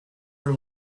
her